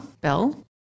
Bell